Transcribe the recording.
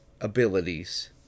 abilities